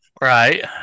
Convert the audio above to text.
Right